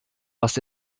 was